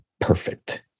perfect